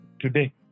today